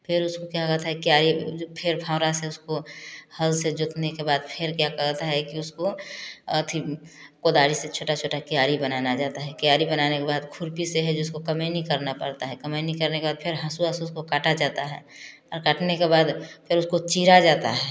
फिर उसको क्या कहता है क्यारी जो फिर फाउरा से उसको हल से जोतने के बाद फिर क्या करता है कि उसको अथि कोदारी से छोटा छोटा क्यारी बनाना जाता है क्यारी बनाने के बाद खुरपी से है जिसको कमैनी करना पड़ता है कमैनी करने के बाद फिर हसुआ से उसको काटा जाता है और काटने के बाद फिर उसको चीरा जाता है